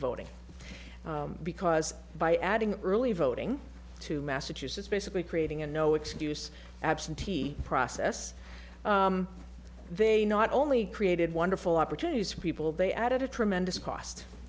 voting because by adding early voting to massachusetts basically creating a no excuse absentee process they not only created wonderful opportunities for people they added a tremendous cost